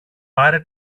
πάρε